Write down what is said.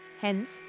hence